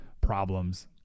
problems